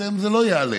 אצלם זה לא יעלה.